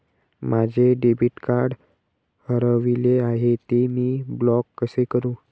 माझे debit card हरविले आहे, ते मी ब्लॉक कसे करु?